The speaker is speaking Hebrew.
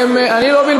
לא, לא הבנו את זה.